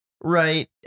right